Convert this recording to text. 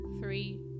three